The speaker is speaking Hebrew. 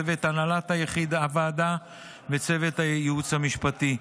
צוות הנהלת הוועדה וצוות הייעוץ המשפטי.